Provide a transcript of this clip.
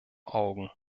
augen